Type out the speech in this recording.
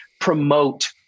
promote